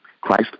Christ